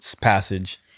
passage